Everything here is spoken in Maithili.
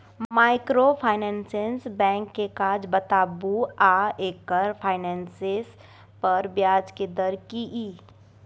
माइक्रोफाइनेंस बैंक के काज बताबू आ एकर फाइनेंस पर ब्याज के दर की इ?